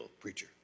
preacher